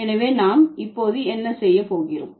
எனவே நாம் இப்போது என்ன செய்ய போகிறோம்